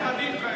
רבותי.